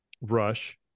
Rush